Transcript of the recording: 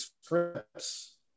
scripts